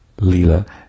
-lila